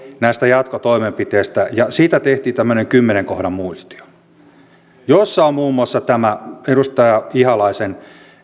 näistä jatkotoimenpiteistä siitä tehtiin tämmöinen kymmenen kohdan muistio jossa on muun muassa tämä edustaja ihalaisen